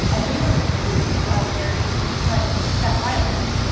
and they were huge in the solidarity in confronting that violence.